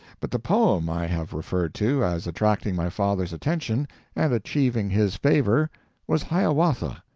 but the poem i have referred to as attracting my father's attention and achieving his favour was hiawatha.